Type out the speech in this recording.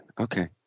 Okay